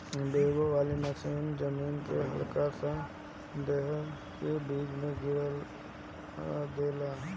बोवे वाली मशीन जमीन में हल्का सा छेद क के बीज गिरा देले